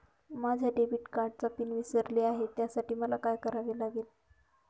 माझ्या डेबिट कार्डचा पिन विसरले आहे त्यासाठी मला काय करावे लागेल?